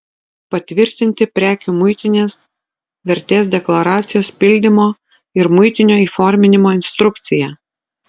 patvirtinti prekių muitinės vertės deklaracijos pildymo ir muitinio įforminimo instrukciją